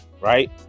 right